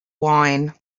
wine